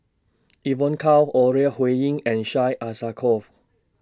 Evon Kow Ore Huiying and Syed Alsagoff